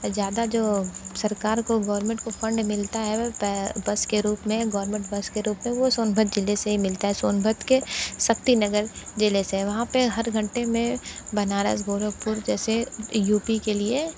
ज़्यादा जो सरकार को गोरमेंट को फंड मिलता है वह बस के रूप में गोरमेंट बस के रूप में वो सोनभद्र जिले से ही मिलता है सोनभद्र के शक्ति नगर जिले से वहाँ पर हर घंटे में बनारस गोरखपुर जैसे यू पी के लिए